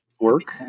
work